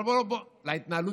אבל להתנהלות,